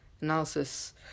analysis